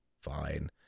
Fine